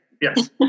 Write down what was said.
yes